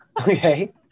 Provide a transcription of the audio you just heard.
Okay